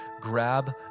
grab